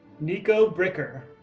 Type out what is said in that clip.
nico bricker,